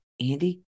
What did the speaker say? Andy